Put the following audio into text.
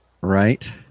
right